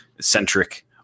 centric